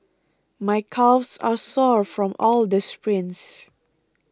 my calves are sore from all the sprints